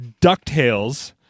DuckTales